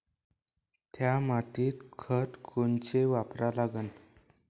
थ्या मातीत खतं कोनचे वापरा लागन?